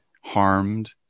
harmed